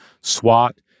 SWAT